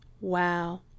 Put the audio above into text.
Wow